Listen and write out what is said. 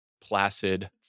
placid